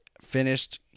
finished